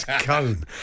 cone